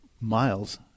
miles